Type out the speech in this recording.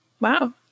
Wow